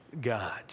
God